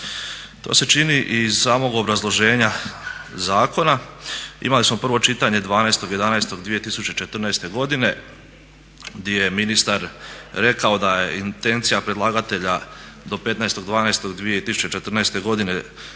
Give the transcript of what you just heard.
To se čini iz samog obrazloženja zakona, imali smo prvo čitanje 12.11.2014. godine di je ministar rekao da je intencija predlagatelja do 15.12.2014. godine